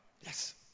yes